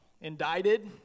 indicted